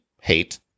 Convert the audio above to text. hate